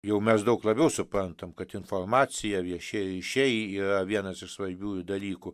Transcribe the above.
jau mes daug labiau suprantam kad informacija viešieji ryšiai yra vienas iš svarbiųjų dalykų